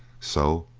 so,